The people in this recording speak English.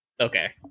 Okay